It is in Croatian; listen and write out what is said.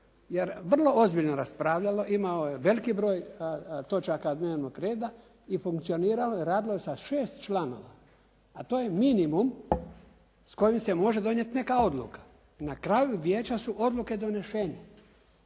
vrlo ozbiljno raspravljalo, imalo je veliki broj točaka dnevnog reda i funkcioniralo je radno sa šest članova, a to je minimum s kojim se može donijeti neka odluka i na kraju vijeća su odluke donešene.